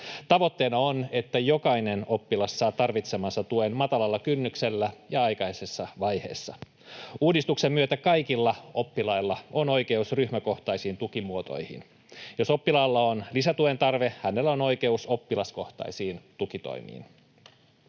Tavoitteena on, että jokainen oppilas saa tarvitsemansa tuen matalalla kynnyksellä ja aikaisessa vaiheessa. Uudistuksen myötä kaikilla oppilailla on oikeus ryhmäkohtaisiin tukimuotoihin. Jos oppilaalla on lisätuen tarve, hänellä on oikeus oppilaskohtaisiin tukitoimiin.